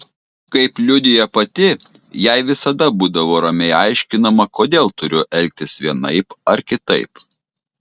kaip liudija pati jai visada būdavo ramiai aiškinama kodėl turiu elgtis vienaip ar kitaip